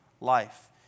life